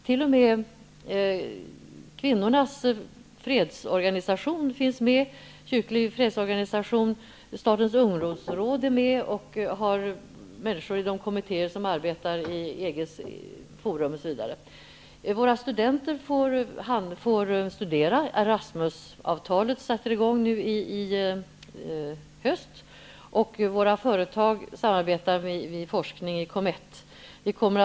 T.o.m. kvinnornas fredsorganisation, en kyrklig fredsorganisation och statens ungdomsråd har människor i de kommittéer som arbetar i EG:s forum. Våra studenter får studera. ERASMUS-avtalet börjar gälla i höst. Våra företag har forskningssamarbete i COMETT.